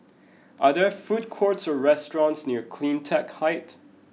are there food courts or restaurants near Cleantech Height